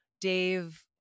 Dave